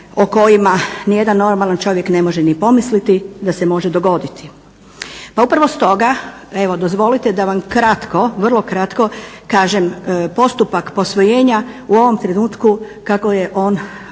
o kojima ni jedan normalan čovjek ne može ni pomisliti da se može dogoditi. Pa upravo stoga, evo dozvolite da vam kratko, vrlo kratko kažem postupak posvojenja u ovom trenutku kako je on u našem